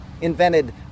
invented